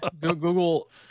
google